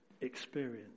experience